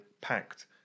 packed